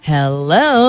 Hello